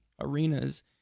arenas